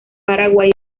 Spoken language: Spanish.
paraguay